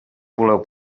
voleu